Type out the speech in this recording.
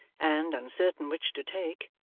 and, uncertain which to take,